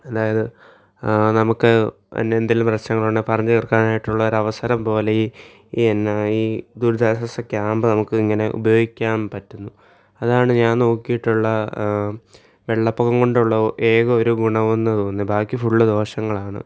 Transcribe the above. അതായത് നമുക്ക് തന്നെ എന്തേലും പ്രശ്നങ്ങളുണ്ടെൽ പറഞ്ഞ് തീർക്കാനായിട്ടുള്ള ഒരവസരം പോലെ ഈ ഈ എന്ന ഈ ദുരിതാശ്വാസ ക്യാമ്പ് നമുക്ക് ഇങ്ങനെ ഉപയോഗിക്കാം പറ്റും അതാണ് ഞാൻ നോക്കിയിട്ടുള്ളത് വെള്ളപ്പൊക്കം കൊണ്ടുള്ള ഏക ഒരു ഗുണം എന്നു തോന്നിയത് ബാക്കി ഫുളള് ദോഷങ്ങളാണ്